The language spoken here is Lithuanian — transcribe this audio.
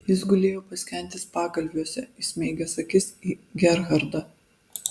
jis gulėjo paskendęs pagalviuose įsmeigęs akis į gerhardą